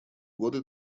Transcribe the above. годы